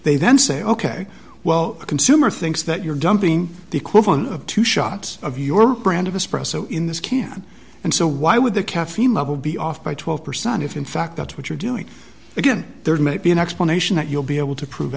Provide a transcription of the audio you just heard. then say ok well the consumer thinks that you're dumping the equivalent of two shots of your brand of us press so in this can and so why would the caffeine level be off by twelve percent if in fact that's what you're doing again there might be an explanation that you'll be able to prove